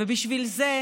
ובשביל זה,